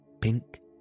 pink